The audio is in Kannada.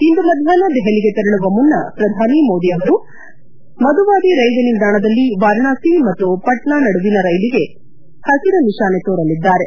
ಇಂದು ಮಧ್ಯಾಷ್ನ ದೆಹಲಿಗೆ ತೆರಳುವ ಮುನ್ನ ಶ್ರಧಾನಿ ಮೋದಿ ಅವರು ಮಧುವಾದಿ ರೈಲ್ವೆ ನಿಲ್ದಾಣದಲ್ಲಿ ವಾರಣಾಸಿ ಮತ್ತು ಪಟ್ನಾ ನಡುಎನ ಕೈಲ್ಗೆ ಪಸಿರು ನಿತಾನೆ ತೋರಲಿದ್ದಾರೆ